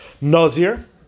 Nazir